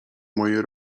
mojej